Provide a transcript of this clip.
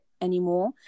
anymore